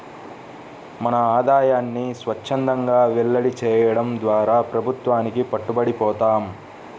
మన ఆదాయాన్ని స్వఛ్చందంగా వెల్లడి చేయడం ద్వారా ప్రభుత్వానికి పట్టుబడి పోతాం